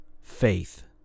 faith